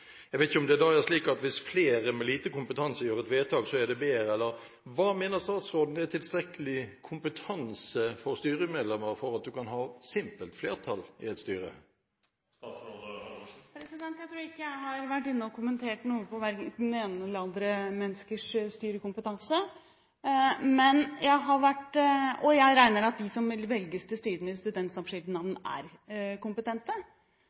Jeg vet ikke om det da er slik at hvis flere med lite kompetanse gjør et vedtak, så er det bedre. Hva mener statsråden er tilstrekkelig kompetanse for styremedlemmer for at en kan ha simpelt flertall i et styre? Jeg tror ikke jeg har vært inne og kommentert noe med hensyn til verken det ene eller det andre menneskets styrekompetanse, og jeg regner med at de som velges til styrene i studentsamskipnadene, er kompetente.